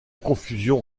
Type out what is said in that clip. confusion